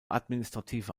administrative